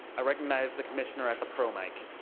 i recognize the commissioner at the pro mic.